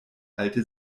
alte